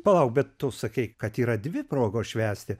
palauk bet tu sakei kad yra dvi progos švęsti